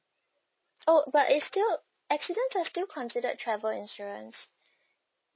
oh but is still accidents are still considered travel insurance